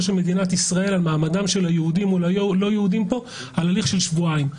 ישראל על מעמדם של היהודים מול לא יהודים כאן בהליך של שבועיים.